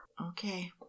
Okay